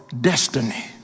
destiny